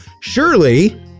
Surely